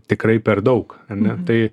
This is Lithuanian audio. tikrai per daug ar ne tai